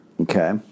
Okay